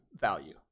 value